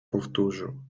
powtórzył